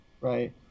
Right